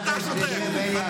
אתה שותק.